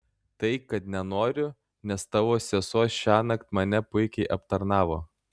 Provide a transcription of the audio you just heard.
tai kad nenoriu nes tavo sesuo šiąnakt mane puikiai aptarnavo